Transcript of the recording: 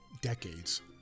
decades